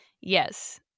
Yes